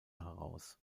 heraus